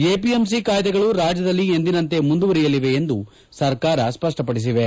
APMC ಕಾಯ್ದೆಗಳು ರಾಜ್ಯದಲ್ಲಿ ಎಂದಿನಂತೆ ಮುಂದುವರಿಯಲಿವೆ ಎಂದು ಸರ್ಕಾರ ಸ್ಪಷ್ಪಪಡಿಸಿವೆ